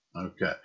Okay